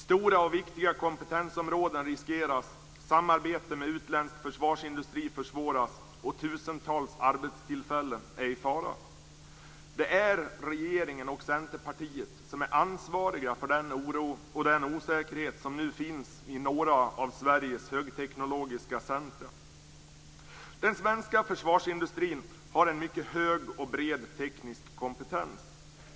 Stora och viktiga kompetensområden riskeras, samarbete med den utländska försvarsindustrin försvåras och tusentals arbetstillfällen är i fara. Det är regeringen och Centerpartiet som är ansvariga för den oro och den osäkerhet som nu finns vid några av Sveriges högteknologiska centrum. Den svenska försvarsindustrin har en mycket hög och bred teknisk kompetens.